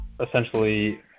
essentially